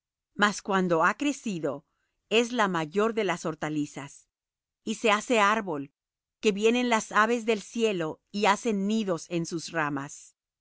mas cuando ha crecido es la mayor de las hortalizas y se hace árbol que vienen las aves del cielo y hacen nidos en sus ramas